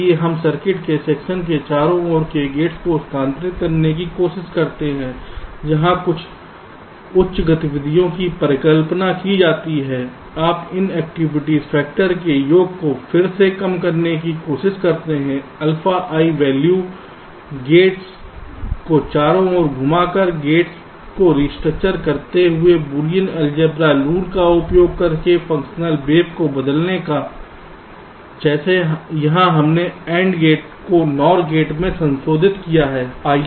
इसलिए हम सर्किट के सेक्शन में चारों ओर के गेट्स को स्थानांतरित करने की कोशिश करते हैं जहां कुछ उच्च गतिविधियों की परिकल्पना की जाती है और आप इन एक्टिविटीज फैक्टर के योग को फिर से कम करने की कोशिश करते हैं alpha i वैल्यू गेट्स को चारों ओर घुमाकर गेट्स को रिस्ट्रक्चर करते हुए बुलियन अलजेब्रा रूल का उपयोग करके फंक्शनल बेब को बदलने का जैसे यहाँ हमने एक AND गेट को NOR गेट में संशोधित किया है